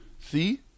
See